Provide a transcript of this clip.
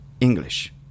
English